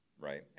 right